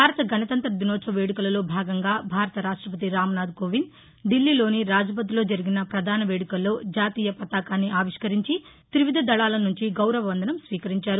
భారత గణతంగ్రత దినోత్సవ వేడుకలలో భాగంగా భారత రాష్టపతి రాంనాథ్ కోవింద్ ఢిల్లీలోని రాజ్పథ్లో జరిగిన పధాన వేడుకల్లో జాతీయ పతాకాన్ని ఆవిష్కరించి తివిధ దకాలనుంచి గౌరవవందనం స్వీకరించారు